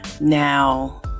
Now